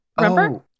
remember